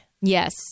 Yes